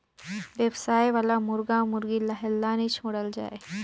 बेवसाय वाला मुरगा मुरगी ल हेल्ला नइ छोड़ल जाए